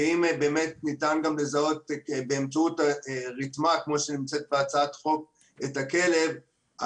ואם באמת ניתן גם לזהות באמצעות רתמה כמו שנמצאת בהצעת חוק את הכלב,